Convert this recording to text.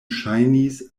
ŝajnis